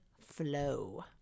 flow